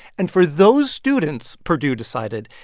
and for those students, purdue decided,